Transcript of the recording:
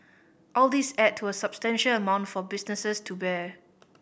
all these add to a substantial amount for businesses to bear